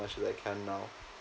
as much as I can now